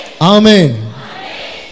Amen